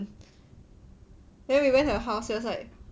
then we went to her house was like